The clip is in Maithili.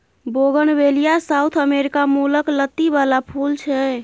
बोगनबेलिया साउथ अमेरिका मुलक लत्ती बला फुल छै